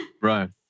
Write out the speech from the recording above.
Right